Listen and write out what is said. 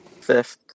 Fifth